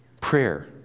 Prayer